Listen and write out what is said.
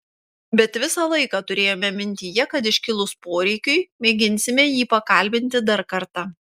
bet visą laiką turėjome mintyje kad iškilus poreikiui mėginsime jį pakalbinti dar kartą